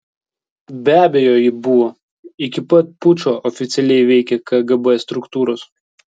be abejo ji buvo iki pat pučo oficialiai veikė kgb struktūros